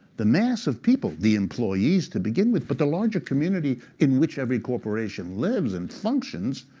the mass of people, the employees to begin with, but the larger community in which every corporation lives and functions,